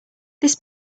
this